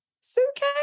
suitcase